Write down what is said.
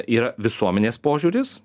yra visuomenės požiūris